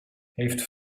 heeft